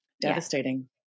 Devastating